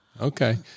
Okay